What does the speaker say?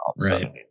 right